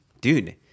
dude